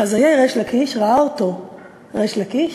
"חזייה ריש לקיש", ראה אותו ריש לקיש,